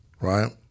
right